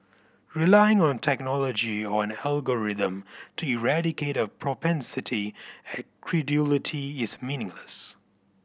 relying on technology or an algorithm to eradicate a propensity at credulity is meaningless